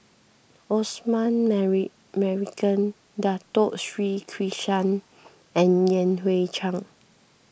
Osman Merican Dato Sri Krishna and Yan Hui Chang